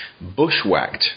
Bushwhacked